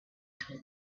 told